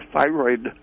Thyroid